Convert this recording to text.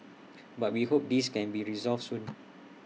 but we hope this can be resolved soon